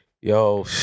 yo